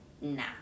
Nah